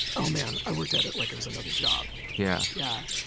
oh man. i worked at it like it was another job. yeah. yeah.